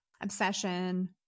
Obsession